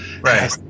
Right